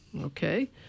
Okay